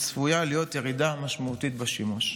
וצפויה להיות ירידה משמעותית בשימוש.